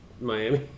Miami